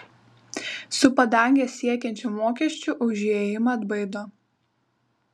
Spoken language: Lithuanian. su padanges siekiančiu mokesčiu už įėjimą atbaido